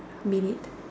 minute